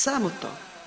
Samo to.